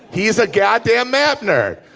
he is a goddamn math nerd.